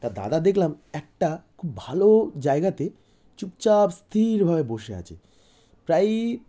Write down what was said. তা দাদা দেখলাম একটা খুব ভালো জায়গাতে চুপচাপ স্থিরভাবে বসে আছে প্রায়ই